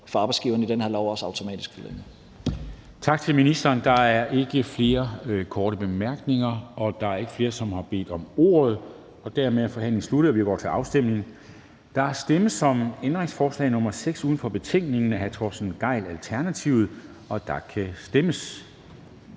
for arbejdsgiverne i den her lov også automatisk